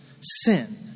sin